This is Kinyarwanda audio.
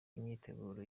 imyiteguro